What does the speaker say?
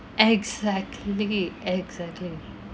exactly exactly